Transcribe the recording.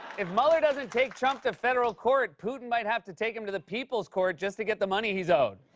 if mueller doesn't take trump to federal court, putin might have to take him to the people's court just to get the money he's owed.